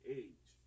age